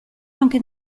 anche